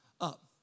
up